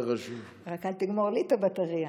רק אל תגמור לי את הבטרייה.